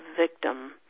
victim